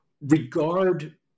regard